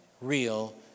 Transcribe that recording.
real